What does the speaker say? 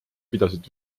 pidasid